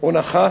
או נכה